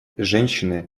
женщины